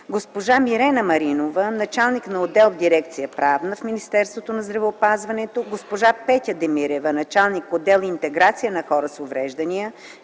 госпожа Мирена Маринова – началник на отдел в дирекция „Правна” в Министерство на здравеопазването, госпожа Петя Демирева – началник отдел „Интеграция на хората с увреждания”